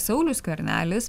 saulius skvernelis